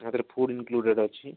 ୟା ଦେହରେ food include ଅଛି